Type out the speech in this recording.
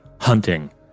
hunting